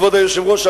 כבוד היושב-ראש,